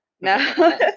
no